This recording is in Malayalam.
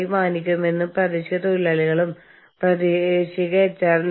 എന്താണ് സംഭവിക്കുന്നതെന്ന് അവർക്കറിയാം ആവശ്യമുള്ളപ്പോൾ അവർ നിരന്തരം ഇടപെടുന്നു